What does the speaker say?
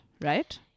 right